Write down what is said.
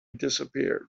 disappeared